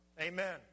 Amen